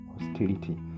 hostility